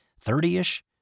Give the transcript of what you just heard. thirty-ish